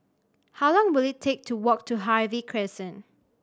how long will it take to walk to Harvey Crescent